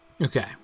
Okay